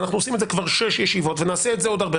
ואנחנו עושים את זה כבר שש ישיבות ונעשה את זה עוד הרבה,